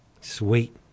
Sweet